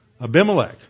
Abimelech